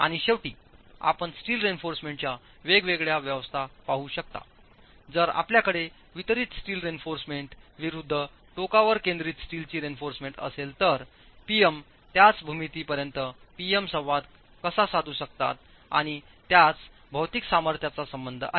आणि शेवटी आपण स्टील रेइन्फॉर्समेंटच्या वेगवेगळ्या व्यवस्था पाहू शकता जर आपल्याकडे वितरित स्टील रेइन्फॉर्समेंट विरूद्ध टोकांवर केंद्रित स्टीलची रेइन्फॉर्समेंट असेल तर P M त्याच भूमिती पर्यंत P M संवाद कसा साधू शकतात आणि त्याच भौतिक सामर्थ्याचा संबंध आहे